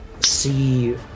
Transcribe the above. see